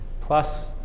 plus